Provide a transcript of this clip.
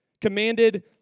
commanded